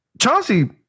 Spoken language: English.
Chauncey